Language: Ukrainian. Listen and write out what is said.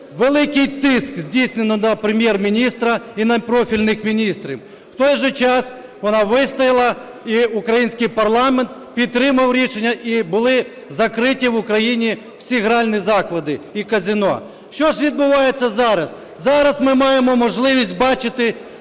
великий тиск здійснено на Прем'єр-міністра і на профільних міністрів. В той же час, вона вистояла, і український парламент підтримав рішення, і були закриті в Україні всі гральні заклади і казино. Що ж відбувається зараз? Зараз ми маємо можливість бачити